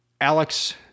Alex